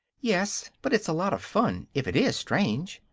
yes but it's lots of fun, if it is strange,